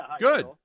Good